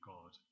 God